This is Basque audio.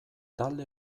talde